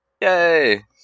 Yay